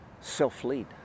self-lead